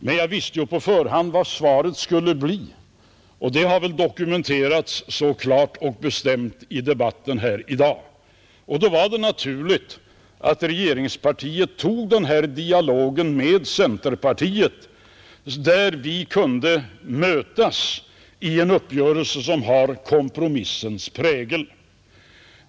Men jag visste på förhand vad svaret skulle bli — och det har väl dokumenterats mycket klart och bestämt i debatten här i dag — och då var det naturligt att regeringspartiet tog dialogen med centerpartiet. Vi kunde mötas i en uppgörelse som har kormpromissens prägel.